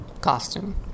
costume